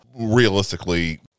realistically